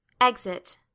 Exit